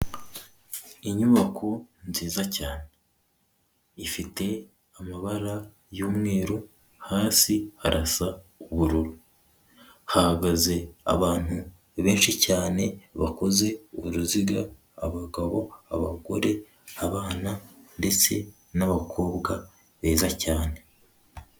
Inyubako nziza cyane ifite amabara y'umweru hasi harasa ubururu, hahagaze abantu benshi cyane bakoze uruziga; abagabo, abagore, abana ndetse n'abakobwa beza cyane.